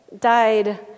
died